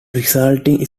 resulting